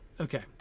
okay